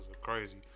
crazy